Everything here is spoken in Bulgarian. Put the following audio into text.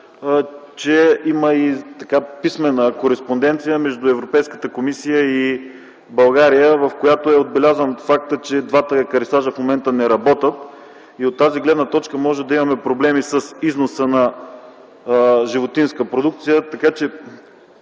че има писмена кореспонденция между Европейската комисия и България, в която е отбелязан фактът, че двата екарисажа в момента не работят. От тази гледна точка може да имаме проблеми с износа на животинска продукция. Така че